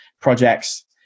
projects